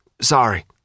Sorry